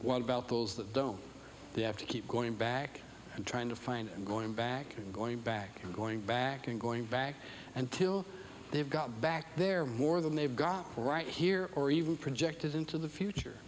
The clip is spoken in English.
what about those that don't they have to keep going back and trying to find going back and going back and going back and going back until they've got back there more than they've got right here or even projected into the future